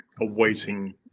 awaiting